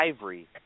Ivory